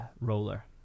roller